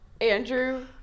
Andrew